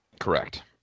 Correct